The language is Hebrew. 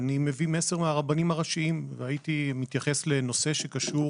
אני מביא מסר מהרבנים הראשיים והייתי מתייחס לנושא שקשור